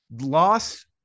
loss